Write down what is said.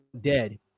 dead